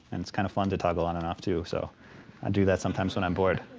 and it's kind of fun to toggle on and off, too. so i do that sometimes when i'm bored.